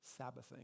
Sabbathing